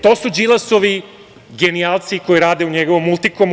To su Đilasovi genijalci koji rade u njegovom „Multikomu“